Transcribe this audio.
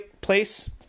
place